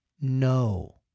No